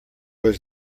was